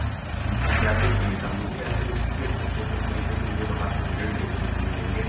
प्रत्याशित नहीं था मुझे ऐसे बिल्कुल भी एक्स्पेकटेसन्स नहीं थे मुझे वहाँ पर हिरण देखने को मिलेंगे